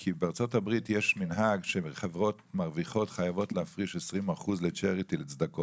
כי בארצות הברית יש מנהג שחברות מרוויחות חייבות להפריש 20% לצדקות.